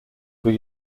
were